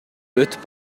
өтүп